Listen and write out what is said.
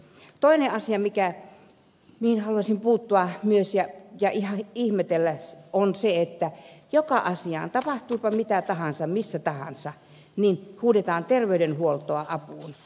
toinen asia mihin haluaisin puuttua myös ja ihan ihmetellä on se että joka asiaan tapahtuupa mitä tahansa missä tahansa huudetaan terveydenhuoltoa apuun